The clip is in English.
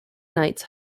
knights